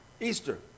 Easter